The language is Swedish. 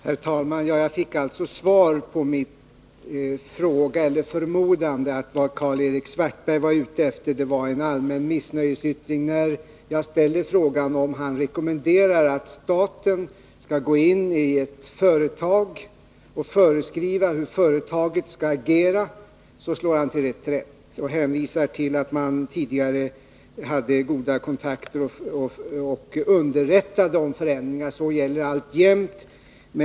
Herr talman! Jag fick alltså svar på min fråga eller min förmodan, att vad Karl-Erik Svartberg var ute efter var en allmän missnöjesyttring. När jag ställer frågan om han rekommenderar att staten skall gå in i ett företag och föreskriva hur företaget skall agera, slår han till reträtt och hänvisar till att man tidigare hade goda kontakter och underrättade om förändringar. Detta gäller alltjämt.